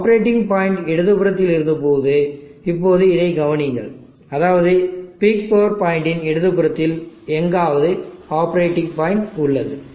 operating point இடதுபுறத்தில் இருந்தபோது இப்போது இதைக் கவனியுங்கள் அதாவது பீக் பவர் பாயின்ட் இன் இடதுபுறத்தில் எங்காவது ஆப்பரேட்டிங் பாயிண்ட் உள்ளது